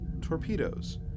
torpedoes